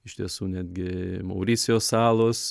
iš tiesų netgi mauricijo salos